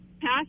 Pass